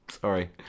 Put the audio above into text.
Sorry